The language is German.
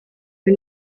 für